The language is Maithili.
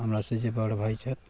हमरा सऽ जे बड़ भाइ छथि